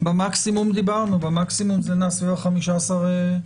במקסימום זה נע סביב ה-15,